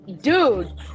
Dude